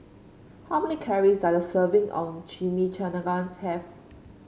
how many calories does a serving of Chimichangas have